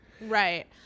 Right